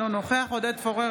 אינו נוכח עודד פורר,